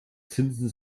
zinsen